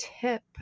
tip